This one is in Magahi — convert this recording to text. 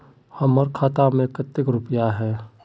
हमर खाता में केते रुपया है?